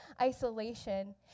isolation